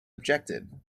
objective